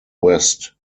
west